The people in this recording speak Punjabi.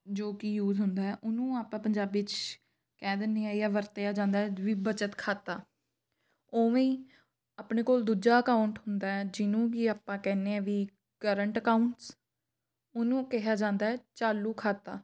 ਜੋ ਕੀ ਯੂਜ ਹੁੰਦਾ ਉਹਨੂੰ ਆਪਾਂ ਪੰਜਾਬੀ 'ਚ ਕਹਿ ਦਿੰਦੇ ਹਾਂ ਜਾਂ ਵਰਤਿਆ ਜਾਂਦਾ ਵੀ ਬਚਤ ਖਾਤਾ ਉਵੇਂ ਹੀ ਆਪਣੇ ਕੋਲ ਦੂਜਾ ਅਕਾਊਂਟ ਹੁੰਦਾ ਜਿਹਨੂੰ ਕਿ ਆਪਾਂ ਕਹਿੰਦੇ ਹਾਂ ਵੀ ਕਰੰਟ ਅਕਾਊਂਟਸ ਉਹਨੂੰ ਕਿਹਾ ਜਾਂਦਾ ਚਾਲੂ ਖਾਤਾ